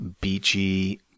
beachy